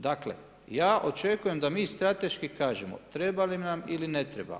Dakle, ja očekujem da mi strateški kažemo, treba li nam ili ne treba.